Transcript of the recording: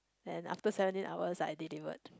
and after seventeen hours I delivered